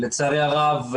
לצערי הרב,